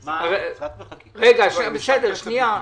רבותיי.